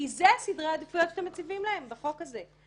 כי אלה סדרי העדיפויות שאתם מציבים להם בחוק הזה,